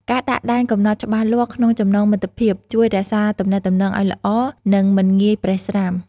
ការដាក់ដែនកំណត់ច្បាស់លាស់ក្នុងចំណងមិត្តភាពជួយរក្សាទំនាក់ទំនងឱ្យល្អ និងមិនងាយប្រេះស្រាំ។